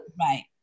right